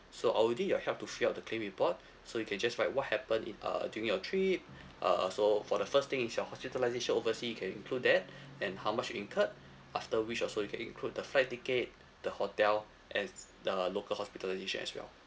so I will need your help to fill up the claim report so you can just write what happened in uh during your trip uh so for the first thing is your hospitalisation oversea you can include that and how much you incurred after which also you can include the flight ticket the hotel and the local hospitalisation as well